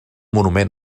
monument